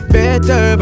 better